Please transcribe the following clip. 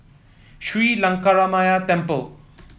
Sri Lankaramaya Temple